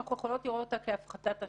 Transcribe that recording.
גם מבחינת רמת